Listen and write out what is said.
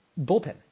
Bullpen